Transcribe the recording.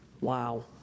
wow